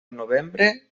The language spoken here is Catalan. novembre